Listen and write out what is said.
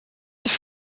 this